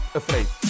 afraid